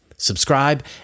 Subscribe